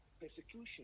persecution